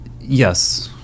yes